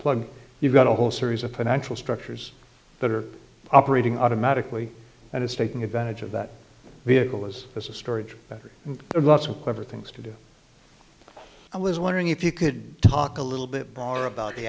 plug you've got a whole series of financial structures that are operating automatically and it's taking advantage of that vehicle as a storage battery and lots of clever things to do i was wondering if you could talk a little bit broader about the